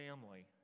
family